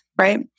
right